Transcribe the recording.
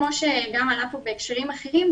כמו שגם עלה פה בהקשרים אחרים,